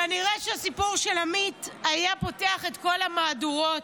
כנראה שהסיפור של עמית היה פותח את כל המהדורות